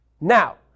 Now